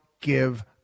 give